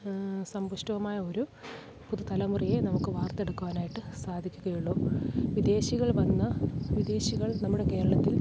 സമ്പുഷ്ടവുമായ ഒരു പുതു തലമുറയെ നമുക്ക് വാർത്ത് എടുക്കുവാനായിട്ട് സാധിക്കുകയുള്ളൂ വിദേശികൾ വന്ന് വിദേശികൾ നമ്മുടെ കേരളത്തിൽ